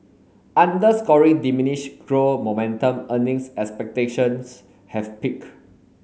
underscoring diminished grow momentum earnings expectations have peak